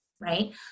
Right